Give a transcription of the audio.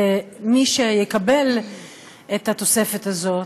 למי שיקבל את התוספת הזאת,